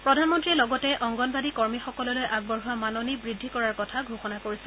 প্ৰধানমন্ত্ৰীয়ে লগতে অংগনৱাড়ী কৰ্মীসকললৈ আগবঢ়োৱা মাননী বৃদ্ধি কৰাৰ কথা ঘোষণা কৰিছে